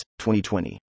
2020